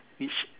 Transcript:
which